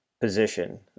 position